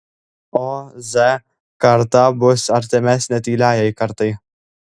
o z karta bus artimesnė tyliajai kartai